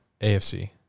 AFC